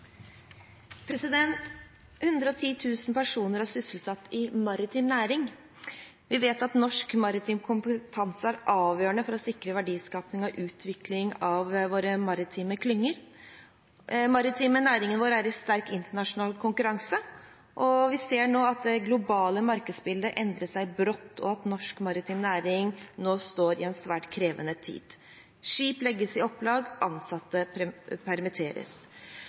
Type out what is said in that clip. personer er sysselsatt i maritim næring. Vi vet at norsk maritim kompetanse er avgjørende for å sikre verdiskaping og utvikling av våre maritime klynger. Den maritime næringen vår er i sterk internasjonal konkurranse, og vi ser nå at det globale markedsbildet endrer seg brått, og at norsk maritim næring er inne i en svært krevende tid. Skip legges i opplag – ansatte permitteres.